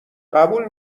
قبول